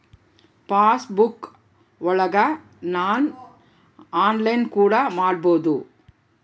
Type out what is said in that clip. pass ಬುಕ್ಕಾ ಒಳಗ ನಾವ್ ಆನ್ಲೈನ್ ಕೂಡ ನೊಡ್ಬೋದು